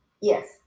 Yes